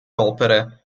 opere